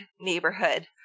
neighborhood